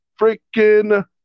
freaking